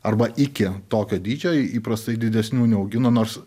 arba iki tokio dydžio įprastai didesnių neaugino nors